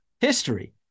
history